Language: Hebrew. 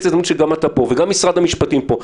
ההזדמנות שגם אתה פה וגם משרד המשפטים פה.